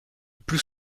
plus